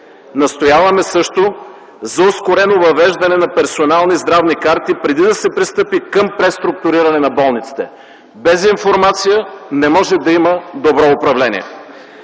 Настояваме също за ускорено въвеждане на персонални здравни карти, преди да се пристъпи към преструктуриране на болниците. Без информация не може да има добро управление.